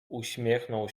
uśmiechnął